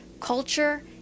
culture